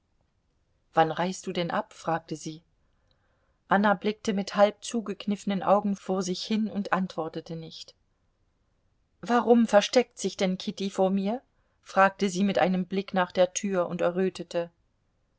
wann reist du denn ab fragte sie anna blickte mit halb zugekniffenen augen vor sich hin und antwortete nicht warum versteckt sich denn kitty vor mir fragte sie mit einem blick nach der tür und errötete